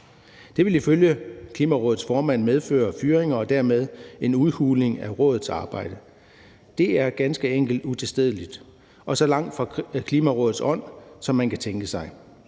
Det vil ifølge Klimarådets formand medføre fyringer og dermed en udhuling af rådets arbejde. Det er ganske enkelt utilstedeligt og så langt fra Klimarådets ånd, som man kan tænke sig.